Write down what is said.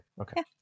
Okay